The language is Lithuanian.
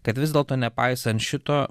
kad vis dėlto nepaisant šito